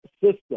system